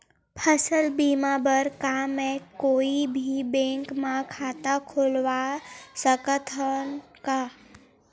फसल बीमा बर का मैं कोई भी बैंक म खाता खोलवा सकथन का?